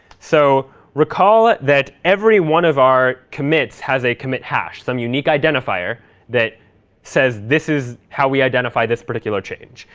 so recall ah that every one of our commits has a commit hash, some unique identifier that says this is how we identify this particular change.